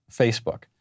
Facebook